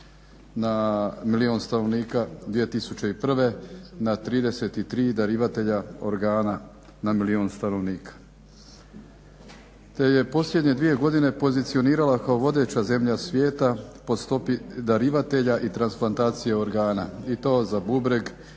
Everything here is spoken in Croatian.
na milijun stanovnika 2001. na 33 darivatelja organa na milijun stanovnika, te je posljednje dvije godine pozicionirala kao vodeća zemlja svijeta po stopi darivatelja i transplantacije organa i to za bubreg,